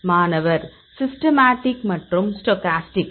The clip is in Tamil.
மாணவர் சிஸ்ட்மேடிக் மற்றும் ஸ்டோக்காஸ்டிக்